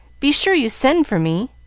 be sure you send for me!